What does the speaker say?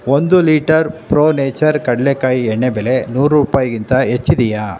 ಒಂದು litre Pro Nature ಕಡಲೇಕಾಯಿ ಎಣ್ಣೆ ಬೆಲೆ ನೂರು ರೂಪಾಯಿಗಿಂತ ಹೆಚ್ಚಿದೆಯ